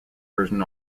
version